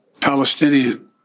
Palestinian